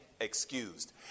Excused